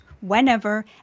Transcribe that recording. whenever